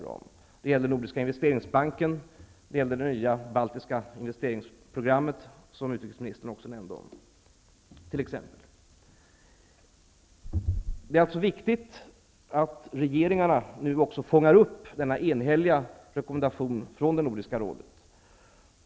Det gäller t.ex. Nordiska investeringsbanken och det nya baltiska investeringsprogrammet, som utrikesministern också nämnde. Det är viktigt att regeringarna nu fångar upp denna enhälliga rekommendation från Nordiska rådet.